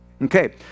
Okay